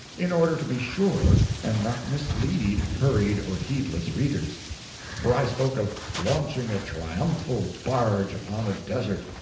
in order to be sure and not mislead hurried or heedless readers for i spoke of launching a triumphal barge upon a desert,